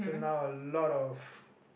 so now a lot of